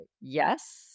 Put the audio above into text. yes